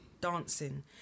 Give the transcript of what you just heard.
dancing